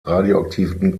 radioaktiven